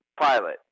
pilot